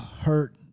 hurt